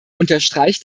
unterstreicht